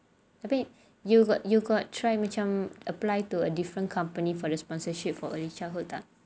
tapi you got you got try macam apply to a different company for the sponsorship for early childhood tak